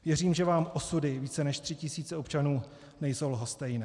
Věřím, že vám osudy více, než tří tisíc občanů nejsou lhostejné.